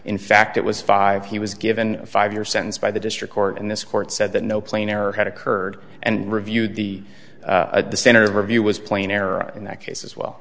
in fact it was five he was given a five year sentence by the district court and this court said that no plain error had occurred and reviewed the at the center of our view was plain error in that case as well